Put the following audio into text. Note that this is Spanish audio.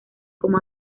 como